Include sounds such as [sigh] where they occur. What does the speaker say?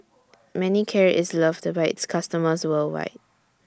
[noise] Manicare IS loved By its customers worldwide